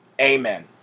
Amen